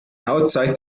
outside